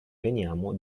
veniamo